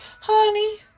honey